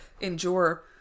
endure